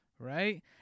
right